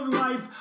life